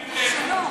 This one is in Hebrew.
תשאל את ישראל ביתנו.